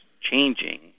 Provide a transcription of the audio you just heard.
changing